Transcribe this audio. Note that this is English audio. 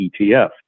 ETF